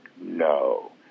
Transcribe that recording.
no